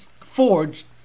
forged